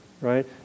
right